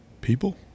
people